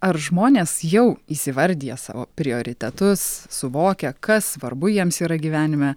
ar žmonės jau įsivardiję savo prioritetus suvokia kas svarbu jiems yra gyvenime